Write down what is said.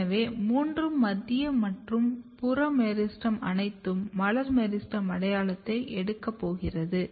எனவே மூன்றும் மத்திய மற்றும் புற மெரிஸ்டெம் அனைத்தும் மலர் மெரிஸ்டெம் அடையாளத்தை எடுக்கப் போகின்றன